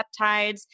peptides